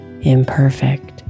Imperfect